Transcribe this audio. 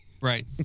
Right